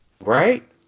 Right